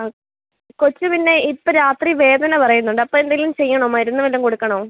ആ കൊച്ച് പിന്നെ ഇപ്പോൾ രാത്രി വേദന പറയുന്നുണ്ട് അപ്പോൾ എന്തെങ്കിലും ചെയ്യണോ മരുന്ന് വല്ലതും കൊടുക്കണോ